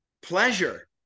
Pleasure